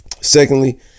Secondly